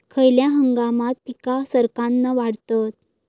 खयल्या हंगामात पीका सरक्कान वाढतत?